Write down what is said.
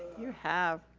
you have.